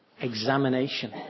examination